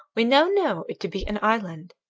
we now know it to be an island,